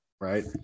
right